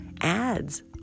ads